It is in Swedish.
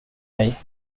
dig